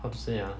how to say ah